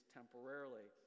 temporarily